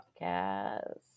podcast